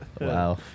Wow